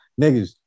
Niggas